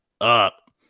up